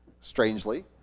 strangely